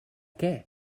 què